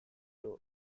door